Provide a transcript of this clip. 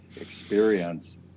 experience